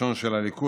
הראשון של הליכוד,